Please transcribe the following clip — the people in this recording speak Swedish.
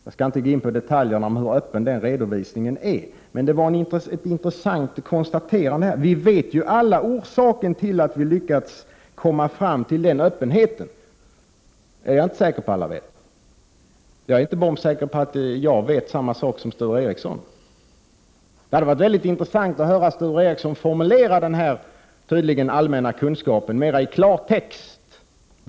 Jag skall inte gå in på detaljerna om hur öppen den redovisningen är, men det var ett intressant konstaterande. Jag är inte säker på att alla vet orsaken, och jag är inte bombsäker på att jag vet detsamma som Sture Ericson vet. Det hade varit mycket intressant att höra Sture Ericson formulera den här tydligen allmänna kunskapen mer i klartext.